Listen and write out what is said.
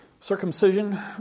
Circumcision